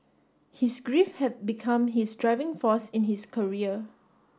his grief had become his driving force in his career